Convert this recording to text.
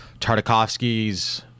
Tartakovsky's